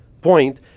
point